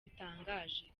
bitangaje